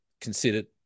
considered